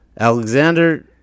Alexander